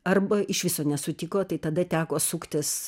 arba iš viso nesutiko tai tada teko suktis